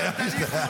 תעלה עוד דרגה.